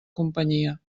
companyia